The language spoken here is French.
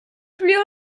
plus